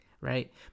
right